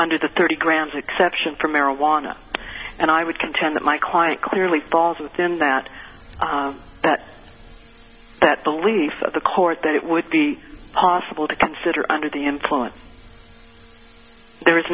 under the thirty grams exception for marijuana and i would contend that my client clearly falls within that that that belief that the court that it would be possible to consider under the influence there